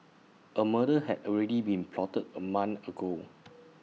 A murder had already been plotted A month ago